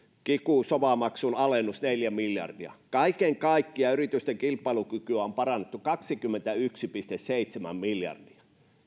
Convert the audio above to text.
kiky sova maksun alennus neljä miljardia kaiken kaikkiaan yritysten kilpailukykyä on parannettu kaksikymmentäyksi pilkku seitsemän miljardia